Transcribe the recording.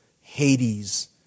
Hades